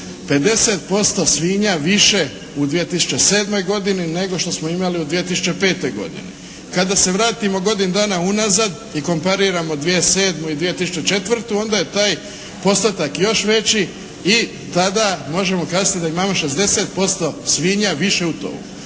50% svinja više u 2007. godini nego što smo imali u 2005. godini. Kada se vratimo godinu dana unazad i kompariramo 2007. i 2004. onda je taj postotak još veći i tada možemo kazati da imamo 60% svinja više u tovu.